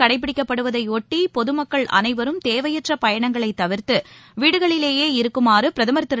கடைப்பிடிக்கப்படுவதைஒட்டிபொதுமக்கள் சுய உளரடங்கு அனைவரும் தேவையற்றபயணங்களைதவிர்த்து வீடுகளிலேயே இருக்குமாறுபிரதமர் திரு